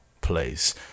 place